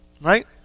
right